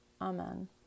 Amen